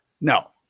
No